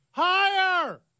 Higher